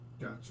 Gotcha